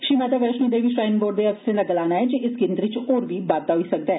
Shri Mata Vaishno Devi shrine board दे अफसरें दा गलाना ऐ जे इस गिनतरी च होर बी बाद्दा होई सकदा ऐ